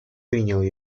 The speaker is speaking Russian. принял